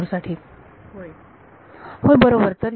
विद्यार्थी होय हो बरोबर